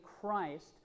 Christ